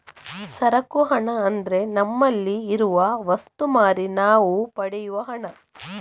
ಸರಕು ಹಣ ಅಂದ್ರೆ ನಮ್ಮಲ್ಲಿ ಇರುವ ವಸ್ತು ಮಾರಿ ನಾವು ಪಡೆಯುವ ಹಣ